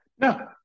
No